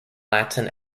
latin